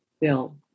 bill